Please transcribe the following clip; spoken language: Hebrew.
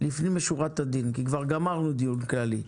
לפנים משורת הדין כי כבר גמרנו את הדיון הכללי.